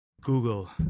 Google